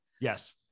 Yes